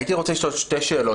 הייתי רוצה לשאול שתי שאלות.